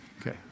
Okay